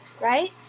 right